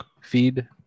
feed